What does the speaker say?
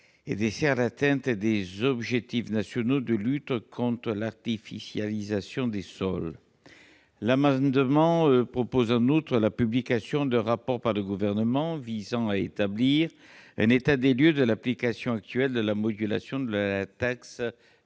et dessert l'atteinte des objectifs nationaux de lutte contre l'artificialisation des sols. Nous proposons en outre la publication d'un rapport par le Gouvernement visant à établir un état des lieux de l'application actuelle de la modulation de la taxe